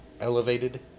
elevated